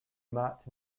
matt